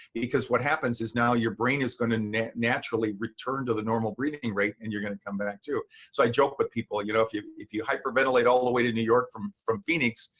because what happens is now your brain is gonna naturally return to the normal breathing rate and you're gonna come back to. so i joke with people, you know if you if you hyperventilate all the way to new york from from phoenix,